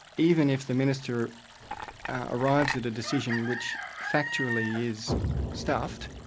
even if the minister arrives at a decision which factually is stuffed,